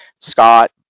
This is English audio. Scott